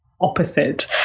opposite